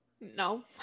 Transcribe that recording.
No